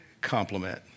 compliment